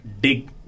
dig